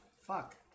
fuck